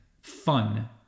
Fun